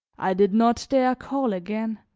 i did not dare call again